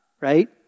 right